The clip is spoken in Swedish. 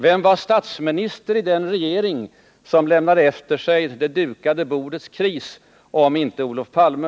Vem var statsminister i den regering som lämnade efter sig det dukade bordets kris — om inte Olof Palme?